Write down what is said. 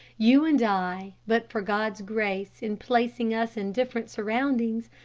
you and i, but for god's grace in placing us in different surroundings,